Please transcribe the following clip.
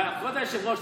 אבל כבוד היושב-ראש,